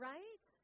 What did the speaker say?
Right